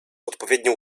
odpowiednią